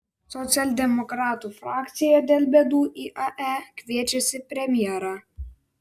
socialdemokratų frakcija dėl bėdų iae kviečiasi premjerą